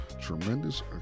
Tremendous